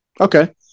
Okay